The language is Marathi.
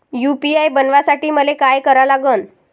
यू.पी.आय बनवासाठी मले काय करा लागन?